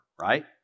right